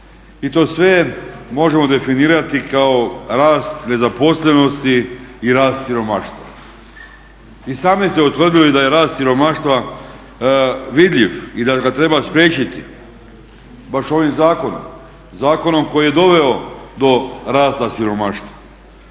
i to sve možemo definirati kao rast nezaposlenosti i rast siromaštva. I sami ste utvrdili da je rast siromaštva vidljiv i da ga treba spriječiti, baš ovim zakonom. Zakonom koji je doveo do rasta siromaštva.